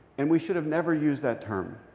and we should have never used that term.